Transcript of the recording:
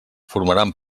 formaran